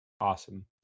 Awesome